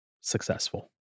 successful